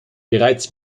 bereits